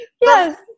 yes